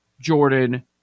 Jordan